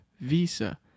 Visa